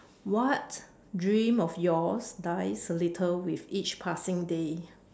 what dream of yours dies later with each passing day